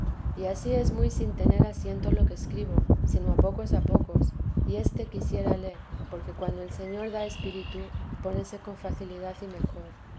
y ansí es muy sin tener asiento lo que escribo sino a pocos a pocos y éste quisiérale porque cuando el señor da espíritu pónese con facilidad y mejor